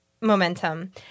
momentum